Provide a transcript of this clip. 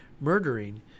murdering